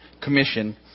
commission